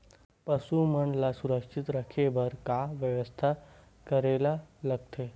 पशु मन ल सुरक्षित रखे बर का बेवस्था करेला लगथे?